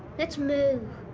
let's move.